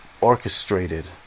orchestrated